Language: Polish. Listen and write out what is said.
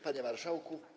Panie Marszałku!